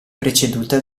preceduta